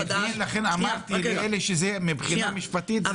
אני מבין, לכן אמרתי שמבחינה משפטית אלה